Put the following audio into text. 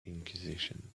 inquisition